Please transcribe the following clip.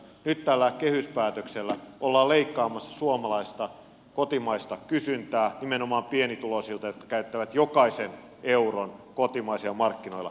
nyt tällä kehyspäätöksellä ollaan leikkaamassa suomalaista kotimaista kysyntää nimenomaan pienituloisilta jotka käyttävät jokaisen euron kotimaisilla markkinoilla